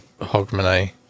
Hogmanay